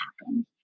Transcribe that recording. happen